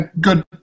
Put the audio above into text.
good